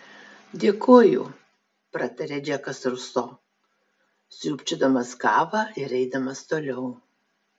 dėkoju pratarė džekas ruso sriūbčiodamas kavą ir eidamas toliau